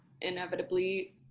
inevitably